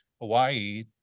Hawaii